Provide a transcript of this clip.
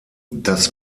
das